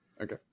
Okay